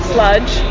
Sludge